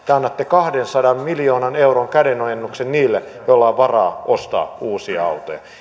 te annatte kahdensadan miljoonan euron kädenojennuksen niille joilla on varaa ostaa uusia autoja